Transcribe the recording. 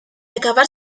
acabar